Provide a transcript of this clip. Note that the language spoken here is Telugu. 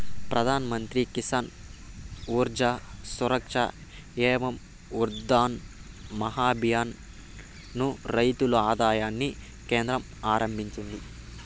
ప్రధాన్ మంత్రి కిసాన్ ఊర్జా సురక్ష ఏవం ఉత్థాన్ మహాభియాన్ ను రైతుల ఆదాయాన్ని కేంద్రం ఆరంభించింది